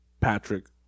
Patrick